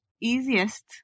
easiest